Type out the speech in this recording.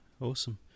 awesome